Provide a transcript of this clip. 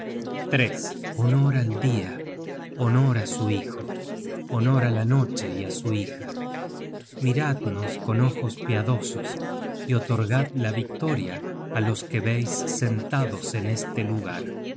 honor al dia honor á su hijo honor á la noche y á su hija miradnos con ojos piadosos y otorgad la victoria á los que veis sentados en este lugar